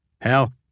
Hell